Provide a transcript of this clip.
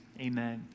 amen